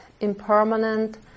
impermanent